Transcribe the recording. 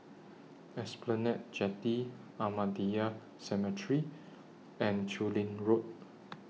Esplanade Jetty Ahmadiyya Cemetery and Chu Lin Road